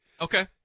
Okay